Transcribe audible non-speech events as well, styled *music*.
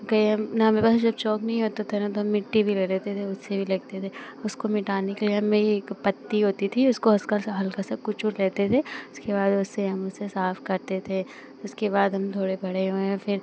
*unintelligible* हम ना मेरे पास जब चॉक नहीं होता था ना तो हम मिट्टी भी ले लेते थे उससे भी लिखते थे उसको मिटाने के लिए हमें एक पत्ती होती थी उसको उसका सा हल्का सा कुचल लेते थे उसके बाद उससे हम उसे साफ करते थे उसके बाद हम थोड़े बड़े हुए हैं फिर